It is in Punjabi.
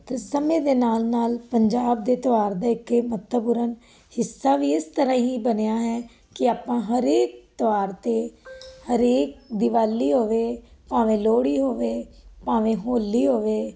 ਤਾਂ ਸਮੇਂ ਦੇ ਨਾਲ ਨਾਲ ਪੰਜਾਬ ਦੇ ਤਿਉਹਾਰ ਦਾ ਇੱਕ ਇਹ ਮਹੱਤਵਪੂਰਨ ਹਿੱਸਾ ਵੀ ਇਸ ਤਰ੍ਹਾਂ ਹੀ ਬਣਿਆ ਹੈ ਕਿ ਆਪਾਂ ਹਰੇਕ ਤਿਉਹਾਰ 'ਤੇ ਹਰੇਕ ਦਿਵਾਲੀ ਹੋਵੇ ਭਾਵੇਂ ਲੋਹੜੀ ਹੋਵੇ ਭਾਵੇਂ ਹੋਲੀ ਹੋਵੇ